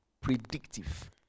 predictive